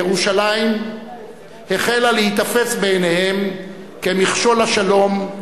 ירושלים החלה להיתפס בעיניהם כמכשול לשלום,